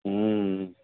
हूँ